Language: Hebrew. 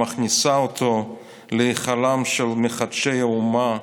המכניסה אותו להיכלם של מחדשי האומה,